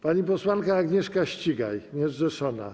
Pani posłanka Agnieszka Ścigaj, niezrzeszona.